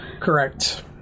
Correct